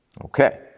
Okay